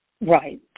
Right